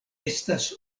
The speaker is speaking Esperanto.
estas